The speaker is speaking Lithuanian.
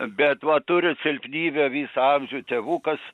bet va turiu silpnybę visą amžių tėvukas